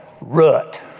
rut